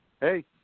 hey